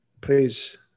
Please